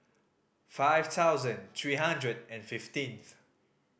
five thousand three hundred and fifteenth